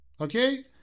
okay